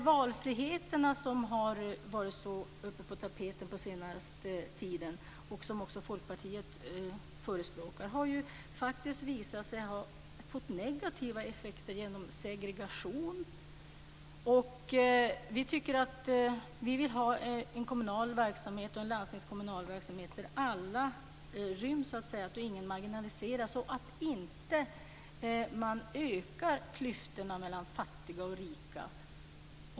Valfriheten, som har varit på tapeten under senare tid och som Folkpartiet förespråkar, har ju faktiskt visat sig få negativa effekter i form av segregation. Vi vill ha en kommunal och en landstingskommunal verksamhet där alla ryms och där ingen marginaliseras. Vi vill inte att man ökar klyftorna mellan fattiga och rika.